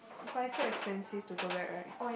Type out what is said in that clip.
but it's so expensive to go back right